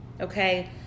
okay